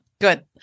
good